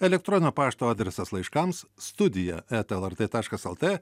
elektroninio pašto adresas laiškams studija eta lrt taškas lt